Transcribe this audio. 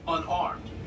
Unarmed